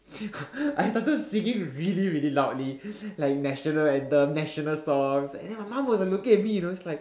I started singing really really loudly like national anthem national songs and then my mom was like looking at me you know she's like